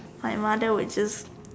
my mother would just